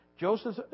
Joseph